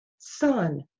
son